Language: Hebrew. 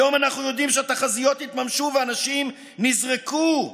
היום אנחנו יודעים שהתחזיות התממשו ואנשים נזרקו לרחוב,